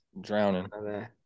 Drowning